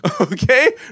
Okay